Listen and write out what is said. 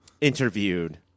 interviewed